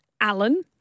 Alan